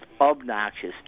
obnoxious